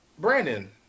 brandon